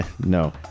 No